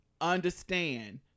Understand